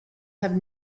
have